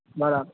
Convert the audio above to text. બરાબર